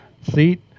seat